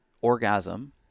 orgasm